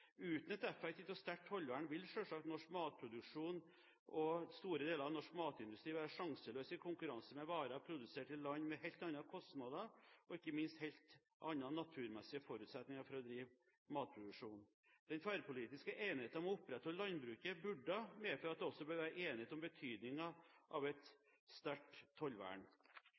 Uten et effektivt og sterkt tollvern vil selvsagt norsk matproduksjon og store deler av norsk matindustri være sjanseløs i konkurranse med varer produsert i land med helt andre kostnader og ikke minst helt andre naturmessige forutsetninger for å drive matproduksjon. Den tverrpolitiske enigheten om å opprettholde landbruket burde medføre at det også bør være enighet om betydningen av et sterkt tollvern.